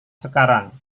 sekarang